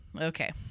okay